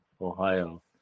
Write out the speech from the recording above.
ohio